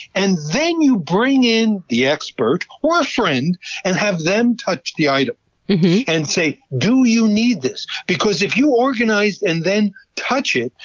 and then bring in the expert or a friend and have them touch the item and say, do you need this? because if you organized and then touch it,